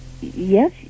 Yes